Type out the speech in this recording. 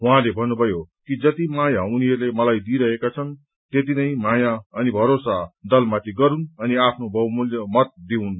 उहाँले भव्रुमयो कि जति माया उनीहरूले मलाई दिइरहेका छन् त्यति नै माया अनि भरोसा दलमाथि गरून् अनि आफ्नो बहुमूल्य मत दिऊन्